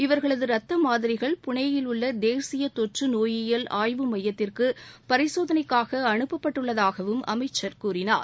இவர்களது ரத்த மாதிரிகள் புனே யில் உள்ள தேசிய தொற்று நோயியல் ஆய்வு மையத்திற்கு பரிசோதனைக்காக அனுப்பப்பட்டுள்ளதாகவும் அமைச்சர் கூறினார்